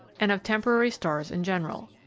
and of temporary stars in general.